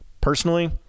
Personally